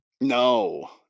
No